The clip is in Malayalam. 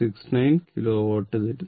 0669 കിലോവാട്ട് വരുന്നു